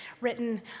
written